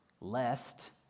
Lest